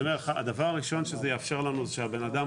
הדבר הראשון שזה יאפשר לנו זה שהבן אדם